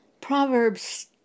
Proverbs